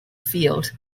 field